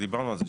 דיברנו על זה,